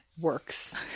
works